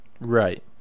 right